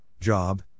Job